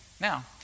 Now